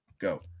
go